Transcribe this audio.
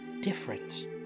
different